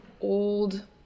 old